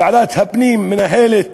ועדת הפנים מנהלת